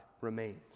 remains